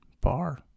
bar